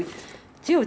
orh 你又叫他跟你买 ah